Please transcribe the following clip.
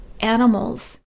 animals